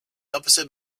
opposite